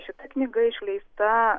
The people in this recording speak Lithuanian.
šita knyga išleista